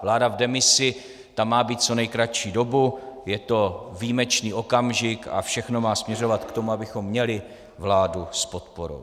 Vláda v demisi, ta má být co nejkratší dobu, je to výjimečný okamžik a všechno má směřovat k tomu, abychom měli vládu s podporou.